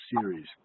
series